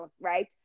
right